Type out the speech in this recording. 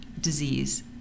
disease